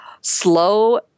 slow